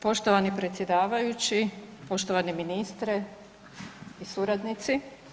Poštovani predsjedavajući, poštovani ministre i suradnici.